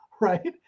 right